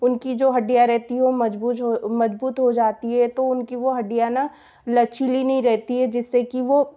उनकी जो हड्डियाँ रहेती है वह मजबूत हो मजबूत हो जाती है तो उनकी वह हड्डियाँ न लचीली नहीं रहती है जिससे कि वह